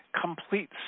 complete